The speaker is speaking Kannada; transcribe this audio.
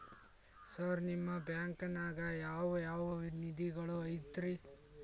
ಸರ್ ನಿಮ್ಮ ಬ್ಯಾಂಕನಾಗ ಯಾವ್ ಯಾವ ನಿಧಿಗಳು ಐತ್ರಿ?